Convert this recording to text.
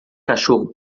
cachorro